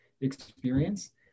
experience